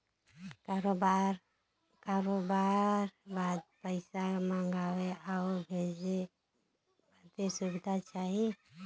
करोबार बदे पइसा मंगावे आउर भेजे बदे सुविधा चाही